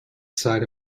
side